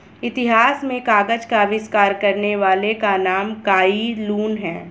इतिहास में कागज का आविष्कार करने वाले का नाम काई लुन है